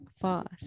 fast